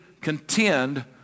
contend